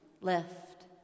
left